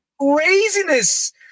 Craziness